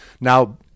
Now